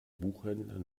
buchhändler